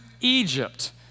Egypt